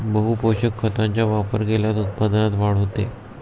बहुपोषक खतांचा वापर केल्यास उत्पादनात वाढ होते